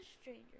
stranger